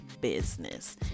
business